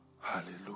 Hallelujah